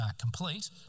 complete